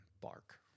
Bark